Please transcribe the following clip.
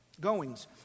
goings